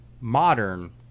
modern